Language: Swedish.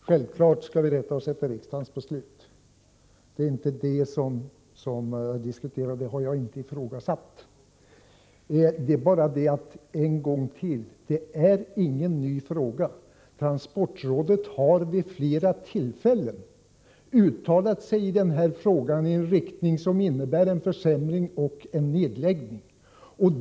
Fru talman! Självfallet skall vi rätta oss efter riksdagens beslut. Det är inte det som vi diskuterar, och det har jag inte ifrågasatt. Jag upprepar det en gång till: Detta är ingen ny fråga. Transportrådet har vid flera tillfällen uttalat sig i detta ärende i en riktning som innebär en försämring och en nedläggning.